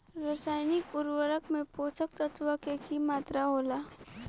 रसायनिक उर्वरक में पोषक तत्व के की मात्रा होला?